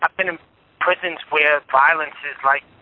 ah been in prisons where violence is, like,